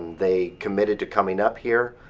they committed to coming up here,